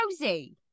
Rosie